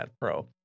Pro